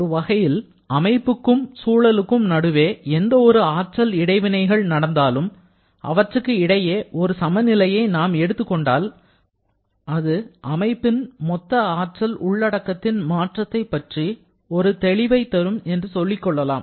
ஒருவகையில் அமைப்புக்கும் சூழ்நிலைக்கும் நடுவே எந்த ஒரு ஆற்றல் இடைவினைகள் நடந்தாலும் அவற்றுக்கு இடையே ஒரு சமநிலையை நாம் எடுத்துக் கொண்டால் அது அமைப்பின் மொத்த ஆற்றல் உள்ளடக்கத்தின் மாற்றத்தைப் பற்றி ஒரு தெளிவை தரும் என்று சொல்லிக்கொள்ளலாம்